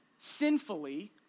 sinfully